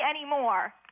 anymore